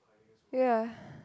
ya